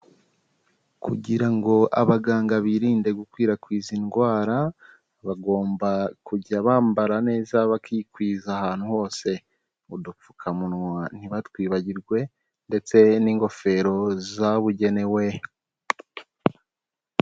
Kugira ngo abaganga birinde gukwirakwiza indwara, bagomba kujya bambara neza bakikwiza ahantu hose, udupfukamunwa ntibatwibagirwe ndetse n'ingofero zabugenewe.